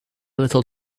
little